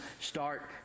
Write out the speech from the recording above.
start